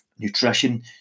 nutrition